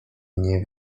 nie